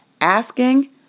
asking